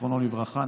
זיכרונו לברכה,